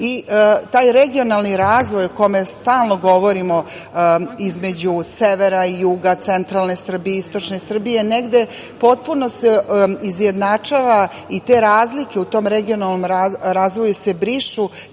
i taj regionalni razvoj o kome stalno govorimo između severa i juga, centralne Srbije i istočne Srbije, negde potpuno se izjednačava i te razlike u tom regionalnom razvoju se brišu